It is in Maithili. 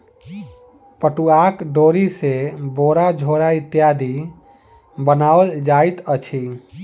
पटुआक डोरी सॅ बोरा झोरा इत्यादि बनाओल जाइत अछि